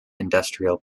industrial